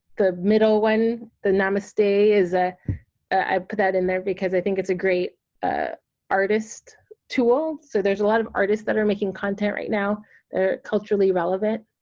the middle one, the namaste is ah i put that in there because i think it's a great ah artist tool, so there's a lot of artists that are making content right now they're culturally relevant,